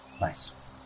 Nice